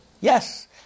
Yes